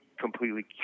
completely